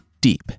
deep